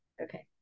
Okay